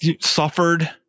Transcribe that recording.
suffered